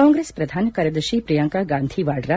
ಕಾಂಗ್ರೆಸ್ ಪ್ರಧಾನ ಕಾರ್ಯದರ್ಶಿ ಪ್ರಿಯಾಂಕಾ ಗಾಂಧಿ ವಾಡ್ರಾ